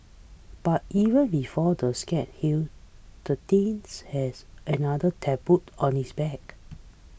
but even before the scabs healed the teens has another tattooed on his back